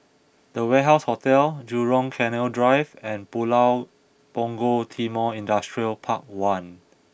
The Warehouse Hotel Jurong Canal Drive and Pulau Punggol Timor Industrial Park one